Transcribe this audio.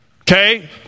Okay